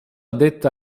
detta